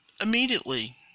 immediately